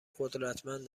قدرتمند